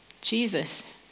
Jesus